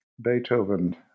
Beethoven